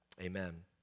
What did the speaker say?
amen